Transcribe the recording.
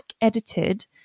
edited